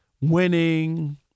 winning